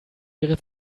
ihre